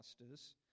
masters